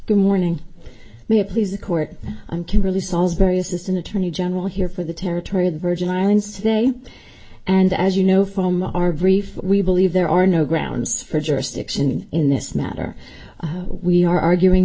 good morning may please the court i'm kimberly sauls very assistant attorney general here for the territory of the virgin islands today and as you know from our brief we believe there are no grounds for jurisdiction in this matter we are arguing